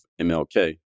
MLK